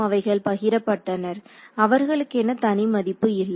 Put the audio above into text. அவைகள் பகிரப்பட்டனர் அவர்களுக்கென தனி மதிப்பு இல்லை